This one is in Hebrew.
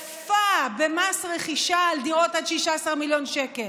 היפה, במס רכישה על דירות עד 16 מיליון שקל.